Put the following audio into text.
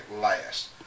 last